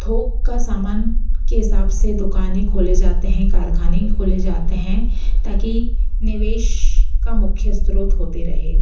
थोक के सामान के हिसाब से दुकानें खोले जाते हैं कारख़ाने खोलें जाते हैं ताकि निवेश का मुख्य स्रोत होते रहे